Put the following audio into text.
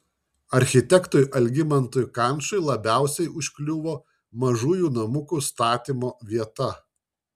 architektui algimantui kančui labiausiai užkliuvo mažųjų namukų statymo vieta